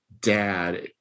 dad